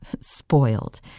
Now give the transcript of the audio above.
spoiled